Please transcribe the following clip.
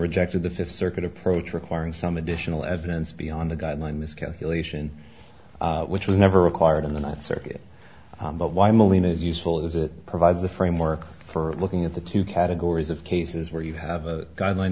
rejected the fifth circuit approach requiring some additional evidence beyond the guideline miscalculation which was never required in the ninth circuit but why mylene is useful is it provides a framework for looking at the two categories of cases where you have a guideline